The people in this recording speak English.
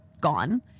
gone